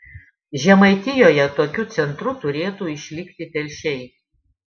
žemaitijoje tokiu centru turėtų išlikti telšiai